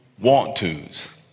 want-tos